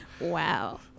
wow